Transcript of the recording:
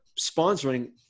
sponsoring